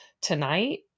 tonight